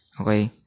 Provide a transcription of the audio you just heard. Okay